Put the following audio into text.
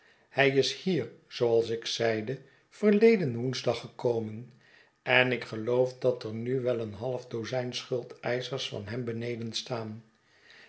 hij is hier zooals ik zeide verleden woensdag gekomen en ik geloof dat er nu wel een half dozijn schuldeischers van hem beneden staan